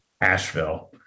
Asheville